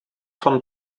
von